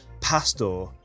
Pastor